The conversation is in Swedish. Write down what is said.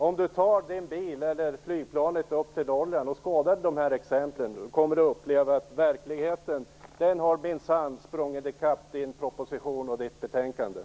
Om Alf Eriksson åker upp till Norrland och skådar dessa exempel kommer han att uppleva att verkligheten minsann har sprungit i kapp både propositionen och betänkandet.